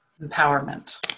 empowerment